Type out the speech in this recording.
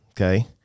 okay